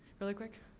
really quick?